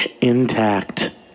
intact